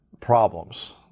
problems